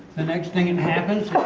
the next thing and happens